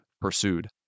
pursued